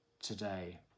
today